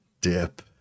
dip